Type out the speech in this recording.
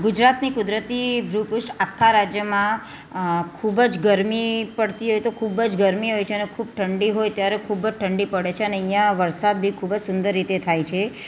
ગુજરાતની કુદરતી ભૂપૃષ્ઠ આખા રાજ્યમાં ખૂબ જ ગરમી પડતી હોય તો ખૂબ જ ગરમી હોય છે અને ખૂબ ઠંડી હોય ત્યારે ખૂબ જ ઠંડી પડે છે અને અહીંયા વરસાદ બી ખૂબ જ સુંદર રીતે થાય છે